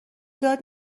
داد